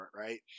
Right